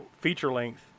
feature-length